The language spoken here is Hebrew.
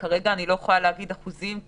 אני לא יודעת להגיד אחוזים,